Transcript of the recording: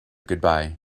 goodbye